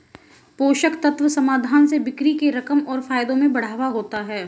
पोषक तत्व समाधान से बिक्री के रकम और फायदों में बढ़ावा होता है